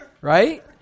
Right